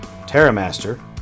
Terramaster